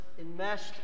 enmeshed